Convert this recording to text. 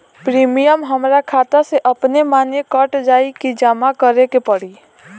Premium हमरा खाता से अपने माने कट जाई की जमा करे के पड़ी?